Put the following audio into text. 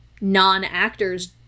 non-actors